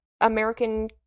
American